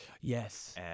Yes